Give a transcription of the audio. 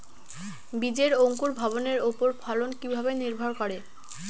বীজের অঙ্কুর ভবনের ওপর ফলন কিভাবে নির্ভর করে?